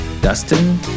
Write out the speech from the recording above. Dustin